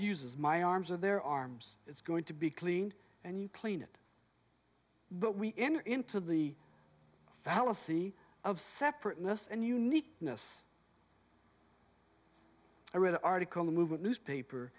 uses my arms or their arms it's going to be cleaned and you clean it but we enter into the fallacy of separateness and you need us i read the article the movement newspaper